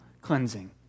cleansing